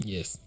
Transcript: Yes